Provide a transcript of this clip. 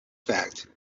fact